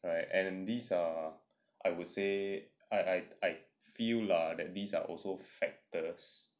right and these are I would say I I I feel lah that these are also factors